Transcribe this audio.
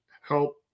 help